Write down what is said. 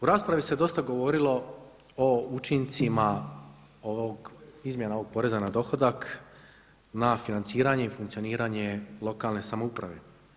U raspravi se dosta govorilo o učincima ovog, izmjena ovog poreza na dohodak, na financiranje i funkcioniranje lokalne samouprave.